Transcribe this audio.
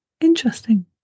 Interesting